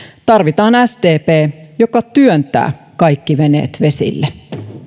tarvitaan sdp joka työntää kaikki veneet vesille arvoisa